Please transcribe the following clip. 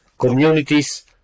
communities